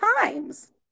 times